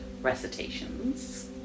recitations